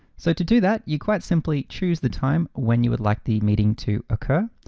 so to do that, you quite simply choose the time when you would like the meeting to occur.